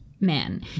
man